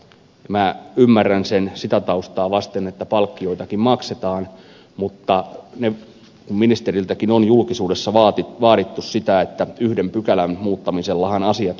minä ymmärrän sen sitä taustaa vasten että palkkioitakin maksetaan mutta ministeriltäkin on julkisuudessa vaadittu sitä että yhden pykälän muuttamisellahan asiat korjaantuvat